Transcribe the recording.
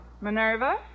Minerva